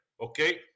Okay